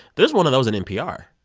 there's one of those in npr.